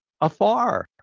afar